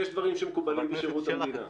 יש דברים שמקובלים בשירות המדינה.